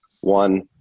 one